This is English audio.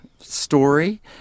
story